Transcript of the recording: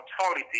authority